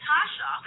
Tasha